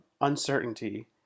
uncertainty